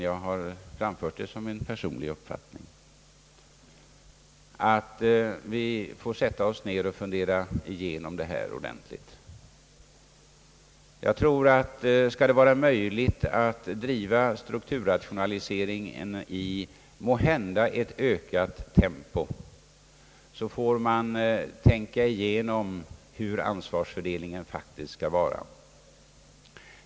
Jag har framfört som min personliga uppfattning att vi bör sätta oss ner och fundera igenom problemet ordentligt. Om det skall bli möjligt att genomföra strukturrationaliseringen i ett måhända ökat tempo, bör vi tänka igenom hur ansvarsfördelningen faktiskt skall vara.